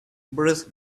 bruce